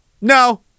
No